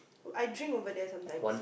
I drink over there sometimes